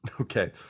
Okay